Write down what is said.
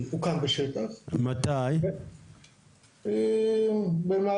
אם תחסמו את אעבלין תקבלו מטמנה במקום אחר,